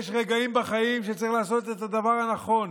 יש רגעים בחיים שצריך לעשות את הדבר הנכון.